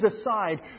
aside